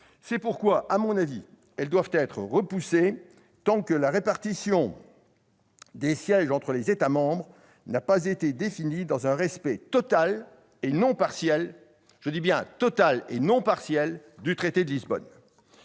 C'est pourquoi elles doivent être repoussées tant que la répartition des sièges entre les États membres n'a pas été définie dans un respect total, et non partiel, des termes du traité de Lisbonne.